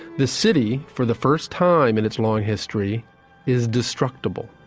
the city for the first time in its long history is destructible